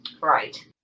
Right